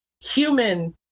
human